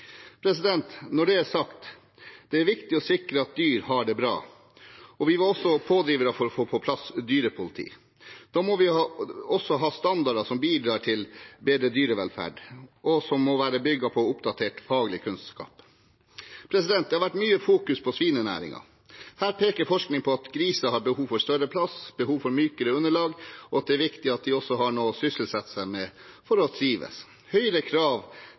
Når det er sagt: Det er viktig å sikre at dyr har det bra, og vi var pådrivere for å få på plass dyrepoliti. Da må vi også ha standarder som bidrar til bedre dyrevelferd, og som må være bygget på oppdatert faglig kunnskap. Det har vært fokusert mye på svinenæringen. Her peker forskning på at griser har behov for større plass og mykere underlag, og at det er viktig at de også har noe å sysselsette seg med for å trives. Høyere krav